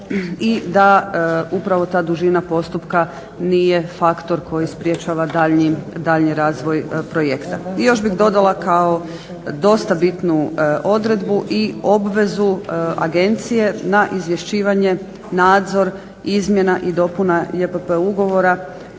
i da upravo ta dužina postupka nije faktor koji sprječava daljnji razvoj projekta. I još bih dodala kao dosta bitnu odredbu i obvezu agencije na izvješćivanje, nadzor izmjena i dopuna JPP ugovora